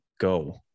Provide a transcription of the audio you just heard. Go